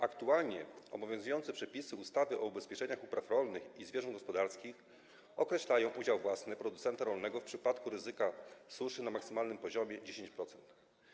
Aktualnie obowiązujące przepisy ustawy o ubezpieczeniach upraw rolnych i zwierząt gospodarskich określają udział własny producenta rolnego w przypadku ryzyka suszy na maksymalnym poziomie 10%.